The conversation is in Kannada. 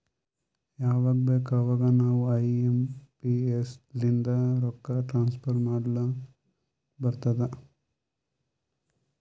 ಯವಾಗ್ ಬೇಕ್ ಅವಾಗ ನಾವ್ ಐ ಎಂ ಪಿ ಎಸ್ ಲಿಂದ ರೊಕ್ಕಾ ಟ್ರಾನ್ಸಫರ್ ಮಾಡ್ಲಾಕ್ ಬರ್ತುದ್